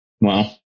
Wow